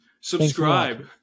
Subscribe